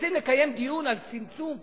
רוצים לקיים דיון על צמצום,